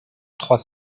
trois